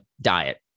diet